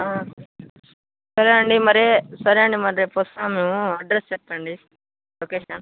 సరే అండి మరి సరే అండి మరి రేపు వస్తాను అడ్రస్ చెప్పండి లొకేషన్